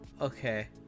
Okay